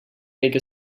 make